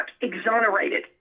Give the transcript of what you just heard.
exonerated